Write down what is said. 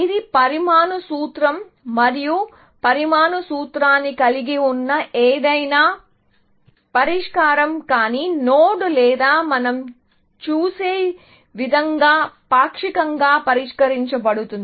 ఇది పరమాణు సూత్రం మరియు పరమాణు సూత్రాన్ని కలిగి ఉన్న ఏదైనా పెట్టె పరిష్కారం కాని నోడ్ లేదా మనం చూసే విధంగా పాక్షికంగా పరిష్కరించబడుతుంది